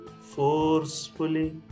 forcefully